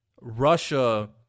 Russia